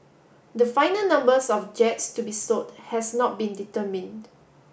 the final numbers of jets to be sold has not been determined